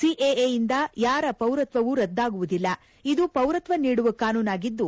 CAA ದಿಂದ ಯಾರ ಪೌರತ್ವವೂ ರದ್ದಾಗುವುದಿಲ್ಲ ಇದು ಪೌರತ್ವ ನೀಡುವ ಕಾನೂನಾಗಿದ್ದು